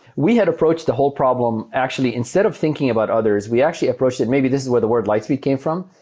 we had approached the whole problem, actually, instead of thinking about others, we actually approached it, maybe this is where the word lightspeed came from,